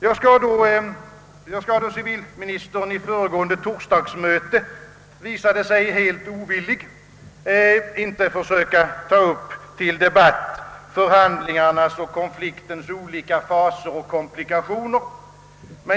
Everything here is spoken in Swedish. Jag skall med hänsyn till att civilministern vid föregående veckas torsdagsplenum ställde sig helt avvisande i detta avseende inte försöka ta upp till debatt förhandlingarnas och konfliktens olika faser och komplikationer.